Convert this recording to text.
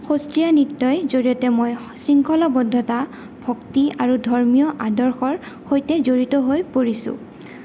সত্ৰীয়া নৃত্যৰ জৰিয়তে মই শ শৃংখলবদ্ধতা ভক্তি আৰু ধৰ্মীয় আদৰ্শৰ সৈতে জড়িত হৈ পৰিছোঁ